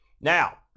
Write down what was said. Now